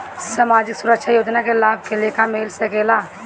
सामाजिक सुरक्षा योजना के लाभ के लेखा मिल सके ला?